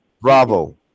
Bravo